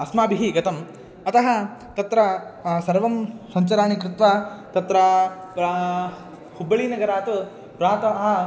अस्माभिः गतम् अतः तत्र सर्वाणि सञ्चराणि कृत्वा तत्र हुब्बळि नगरात् प्रातः